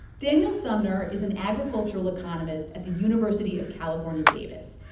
daniel sumner is an agricultural economist at the university of california, davis.